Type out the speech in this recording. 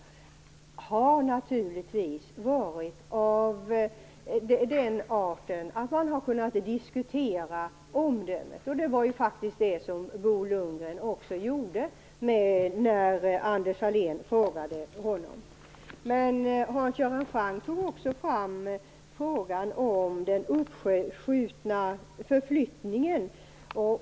Dessa tveksamheter har naturligtvis varit av den arten att man har kunnat diskutera omdömet. Det gjorde också Bo Lundgren när Anders Sahlén frågade honom. Hans Göran Franck tog också upp frågan om den uppskjutna förflyttningen.